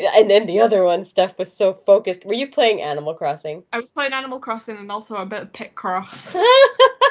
yeah in in the other one, steph was so focused. were you playing animal crossing? i was fine animal crossing and also a bit of pit cross.